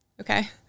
Okay